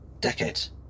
Decades